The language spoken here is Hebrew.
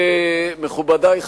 מכובדי,